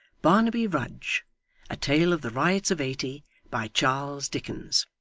barnaby rudge a tale of the riots of eighty by charles dickens